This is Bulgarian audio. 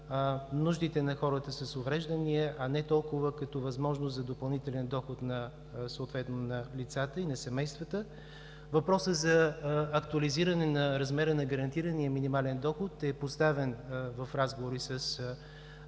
нуждите на хората с увреждания, а не толкова като възможност за допълнителен доход съответно на лицата и на семействата. Въпросът за актуализиране на размера на гарантирания минимален доход е поставен в разговори с